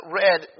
read